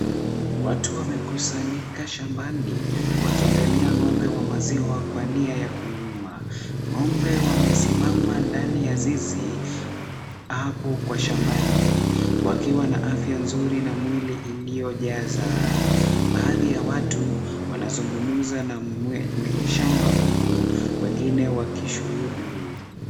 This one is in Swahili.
Watu wamekusanyika shambani wakiangalia ng'ombe wa maziwa kwa nia ya kununua. Ng'ombe wamesimama ndani ya zizi, hapo kwa shambani wakiwa na afya nzuri na mwili iliyojaza. Baadhi ya watu wanazungumza na mwenye shamba huku wengine wakishuhudu.